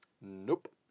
Nope